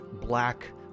black